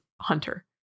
Hunter